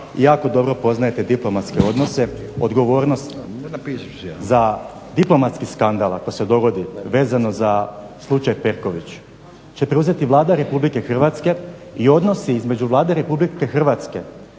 jako dobro poznajete diplomatske odnose, odgovornost za diplomatski skandal ako se dogodi vezano za slučaj Perković će preuzeti Vlada RH i odnosi između Vlade RH koja je